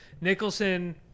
Nicholson